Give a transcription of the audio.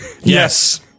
Yes